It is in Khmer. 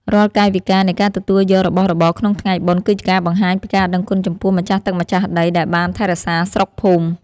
រាល់កាយវិការនៃការទទួលយករបស់របរក្នុងថ្ងៃបុណ្យ គឺជាការបង្ហាញពីការដឹងគុណចំពោះម្ចាស់ទឹកម្ចាស់ដីដែលបានថែរក្សាស្រុកភូមិ។